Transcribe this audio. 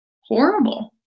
horrible